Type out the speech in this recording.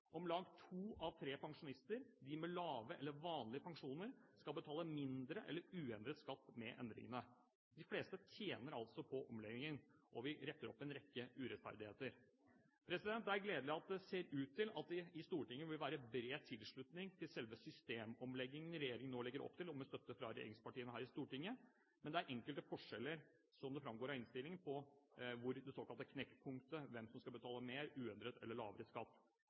Om lag to av tre pensjonister – de med lave eller vanlige pensjoner – skal betale mindre eller får uendret skatt etter disse endringene. De fleste tjener altså på omleggingen, og vi retter opp en rekke urettferdigheter. Det er gledelig at det ser ut til at det i Stortinget vil være bred tilslutning til selve systemomleggingen regjeringen nå legger opp til, og med støtte fra regjeringspartiene her i Stortinget. Men det er enkelte forskjeller, som det framgår av innstillingen, når det gjelder hvor det såkalte knekkpunktet er – hvem som skal betale mer, får uendret eller lavere skatt.